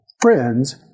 friends